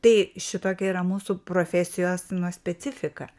tai šitokia yra mūsų profesijos nu specifika